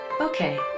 Okay